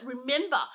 remember